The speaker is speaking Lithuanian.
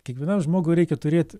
kiekvienam žmogui reikia turėt